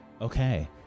okay